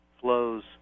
flows